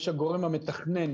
יש את הגורם המתכנן,